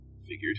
Figured